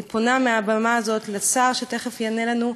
אני פונה מהבמה הזאת לשר, שתכף יענה לנו: